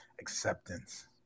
acceptance